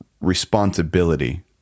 responsibility